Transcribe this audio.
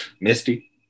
Misty